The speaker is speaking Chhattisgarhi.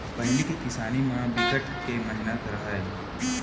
पहिली के किसानी म बिकट के मेहनत रहय